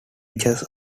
edges